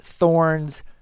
thorns